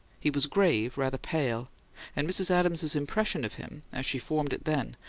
he was grave, rather pale and mrs. adams's impression of him, as she formed it then,